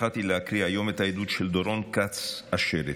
בחרתי להקריא היום את עדותה של דורון כץ אשר,